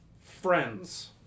Friends